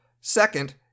Second